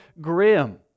grim